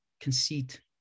Conceit